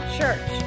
Church